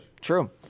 True